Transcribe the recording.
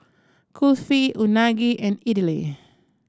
Kulfi Unagi and Idili